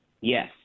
Yes